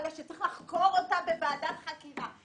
שצריך לחקור אותה בוועדת חקירה.